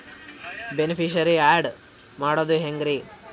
Beneficiary, add ಮಾಡೋದು ಹೆಂಗ್ರಿ?